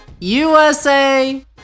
USA